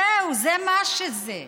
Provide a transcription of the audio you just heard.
זהו, זה מה שזה.